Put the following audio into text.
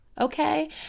okay